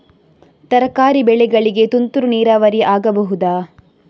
ತರಕಾರಿ ಬೆಳೆಗಳಿಗೆ ತುಂತುರು ನೀರಾವರಿ ಆಗಬಹುದಾ?